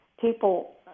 people